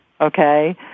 okay